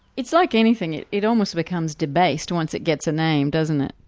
it's like anything, it it almost becomes debased once it gets a name doesn't it?